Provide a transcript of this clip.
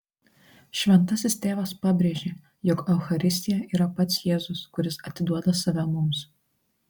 šventasis tėvas pabrėžė jog eucharistija yra pats jėzus kuris atiduoda save mums